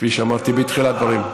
כפי שאמרתי בתחילת הדברים,